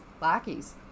lackeys